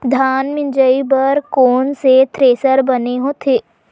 धान मिंजई बर कोन से थ्रेसर बने होथे?